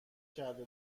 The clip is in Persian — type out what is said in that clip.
کرده